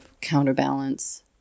counterbalance